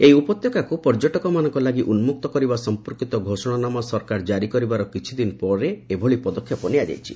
ଏହି ଉପତ୍ୟକାକୁ ପର୍ଯ୍ୟଟକମାନଙ୍କ ଲାଗି ଉନ୍ନୁକ୍ତ କରିବା ସଫପର୍କିତ ଘୋଷଣାନାମା ସରକାର ଜାରୀ କରିବାର କିଛିଦିନ ପରେ ଏଭଳି ପଦକ୍ଷେପ ନିଆଯାଇଛି